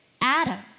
Adam